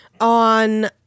on